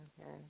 okay